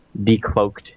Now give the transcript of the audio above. decloaked